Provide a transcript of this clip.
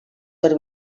per